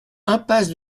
impasse